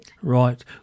Right